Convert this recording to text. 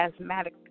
asthmatic